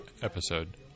episode